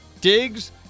Diggs